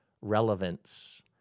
relevance